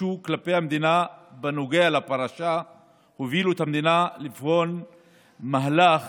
שהוגשו נגד המדינה בנוגע לפרשה הובילו את המדינה לבחון מהלך